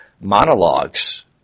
monologues